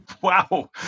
Wow